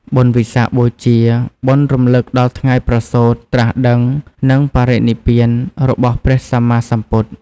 បុណ្យវិសាខបូជា បុណ្យរំលឹកដល់ថ្ងៃប្រសូត ត្រាស់ដឹង និងបរិនិព្វានរបស់ព្រះសម្មាសម្ពុទ្ធ។